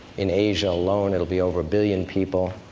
in asia alone, it will be over a billion people.